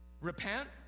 Repent